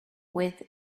with